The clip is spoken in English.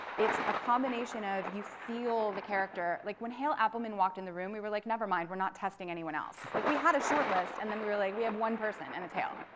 it's a combination of you feel the character. like when hale appelman walked into and the room we were like, nevermind, we're not testing anyone else. like we had a short list, and then we were like, we have one person and it's hale.